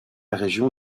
région